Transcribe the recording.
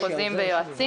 חוזים ויועצים.